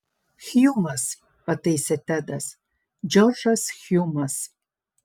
hjumas pataisė tedas džordžas hjumas